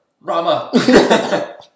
Rama